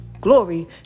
Glory